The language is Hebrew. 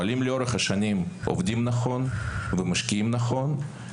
אבל אם לאורך השנים עובדים נכון ומשקיעים נכון,